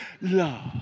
love